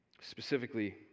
Specifically